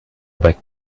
back